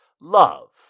love